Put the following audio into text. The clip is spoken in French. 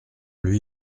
lui